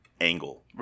angle